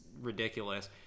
ridiculous